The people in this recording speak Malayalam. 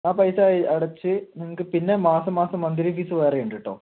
ആ പൈസ അടച്ച് നിങ്ങൾക്ക് പിന്നെ മാസം മാസം മന്തിലി ഫീസ് വേറെയുണ്ട് കേട്ടോ